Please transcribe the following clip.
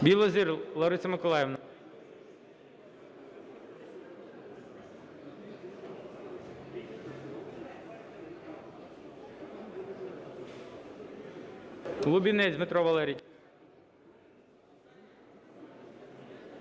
Білозір Лариса Миколаївна. Лубінець Дмитро Валерійович.